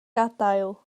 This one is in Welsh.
gadael